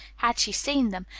had she seen them,